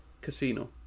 Casino